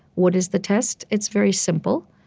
what is the test? it's very simple.